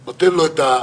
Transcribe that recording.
הם כורעים תחת הנטל הזה,